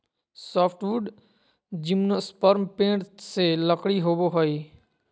softwood gymnosperm पेड़ से लकड़ी होबो हइ